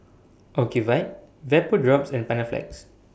Ocuvite Vapodrops and Panaflex